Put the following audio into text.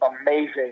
amazing